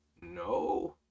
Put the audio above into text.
no